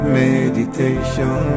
meditation